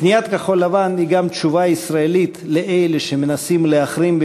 קניית כחול-לבן היא גם תשובה ישראלית לאלה שמנסים להחרים,